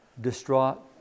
distraught